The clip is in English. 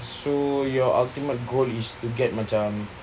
so your ultimate goal is to get macam